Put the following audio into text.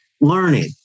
learning